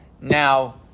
now